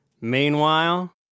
Meanwhile